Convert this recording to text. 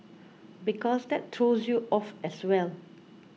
because that throws you off as well